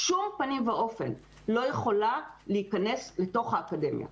בשום פנים ואופן לא יכולה להיכנס לתוך האקדמיה.